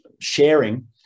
sharing